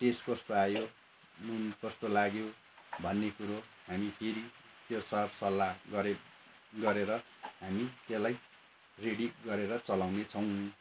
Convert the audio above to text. test कस्तो आयो नुन कस्तो लाग्यो भन्ने कुरो हामी फेरि त्यो सर सल्लाह गरे गरेर हामी त्यसलाई रेडी गरेर चलाउने छौँ